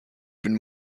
been